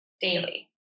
daily